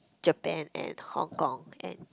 Japan and Hong Kong and